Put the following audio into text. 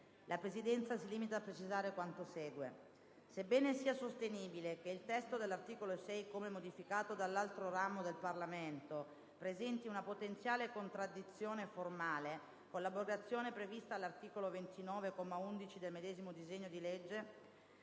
la Presidenza si limita a precisare quanto segue. Sebbene sia sostenibile che il testo dell'articolo 6, come modificato dall'altro ramo del Parlamento, presenti una potenziale contraddizione formale con l'abrogazione prevista all'articolo 29, comma 11, del medesimo disegno di legge,